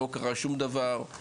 לא קרה שום דבר,